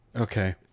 Okay